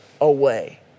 away